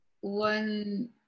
one